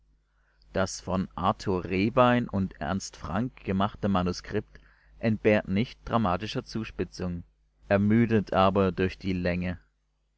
das von arthur rehbein und ernst frank gemachte manuskript entbehrt nicht dramatischer zuspitzung ermüdet aber durch die länge